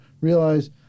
realize